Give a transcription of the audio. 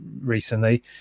recently